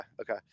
okay